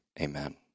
amen